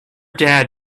dad